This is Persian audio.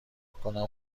کنم